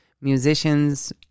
musicians